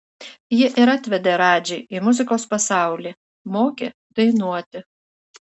ji ir atvedė radžį į muzikos pasaulį mokė dainuoti